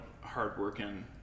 hardworking